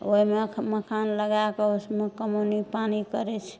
ओहिमे मखान लगाएके उसमे कमौनी पानि करैत छै